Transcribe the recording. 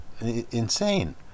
insane